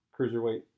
cruiserweight